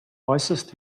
äußerst